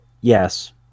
yes